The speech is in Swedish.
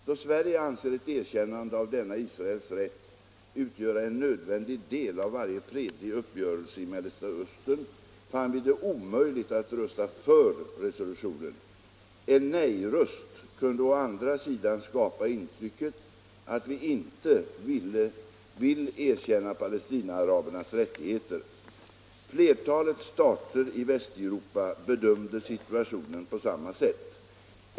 Då Sverige anser ett erkännande av denna Israels rätt utgöra en nödvändig del av varje fredlig uppgörelse i Mellersta Östern, fann vi det omöjligt att rösta för resolutionen. En nejröst kunde å andra sidan skapa intrycket att vi inte vill erkänna palestinaarabernas rättigheter. Flertalet stater i Västeuropa bedömde situationen på samma sätt.